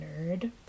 nerd